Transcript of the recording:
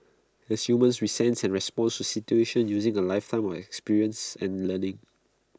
as humans we sense and response to situations using A lifetime of experience and learning